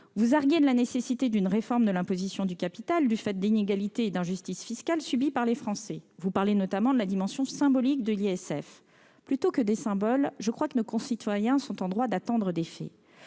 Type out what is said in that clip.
Vous arguez de la nécessité d'une réforme de l'imposition du capital en raison des inégalités et des injustices fiscales subies par les Français, et vous avancez notamment la dimension symbolique de l'ISF. Plutôt que des symboles, je crois que nos concitoyens attendent des faits.